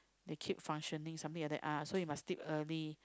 they keep functioning something like that ah so you must sleep early